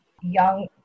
young